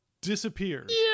disappears